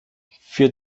für